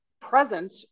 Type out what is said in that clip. present